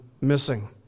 missing